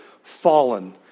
fallen